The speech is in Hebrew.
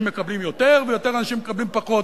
מקבלים יותר ויותר אנשים מקבלים פחות.